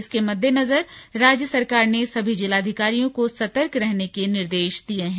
इसके मद्देनजर राज्य सरकार ने सभी जिलाधिकारियों को सतर्क रहने के निर्देश दिए हैं